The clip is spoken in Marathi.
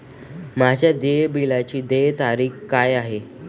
माझ्या देय बिलाची देय तारीख काय आहे?